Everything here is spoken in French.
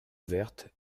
ouverte